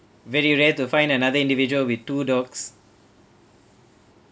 very rare to find another individual with two dogs